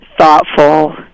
thoughtful